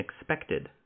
expected